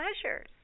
pleasures